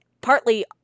partly